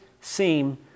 seem